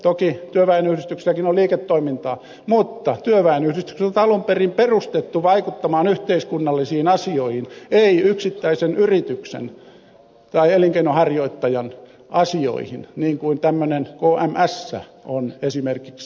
toki työväenyhdistyksilläkin on liiketoimintaa mutta työväenyhdistykset on alun perin perustettu vaikuttamaan yhteiskunnallisiin asioihin ei yksittäisen yrityksen tai elinkeinonharjoittajan asioihin niin kuin tämmöinen kms on esimerkiksi